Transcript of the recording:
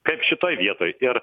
kaip šitoj vietoj ir